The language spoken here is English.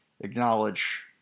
acknowledge